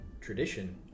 tradition